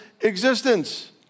existence